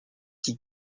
qui